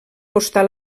costar